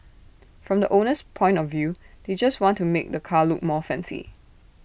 from the owner's point of view they just want to make the car look more fancy